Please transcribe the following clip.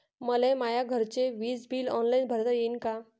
मले माया घरचे विज बिल ऑनलाईन भरता येईन का?